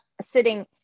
sitting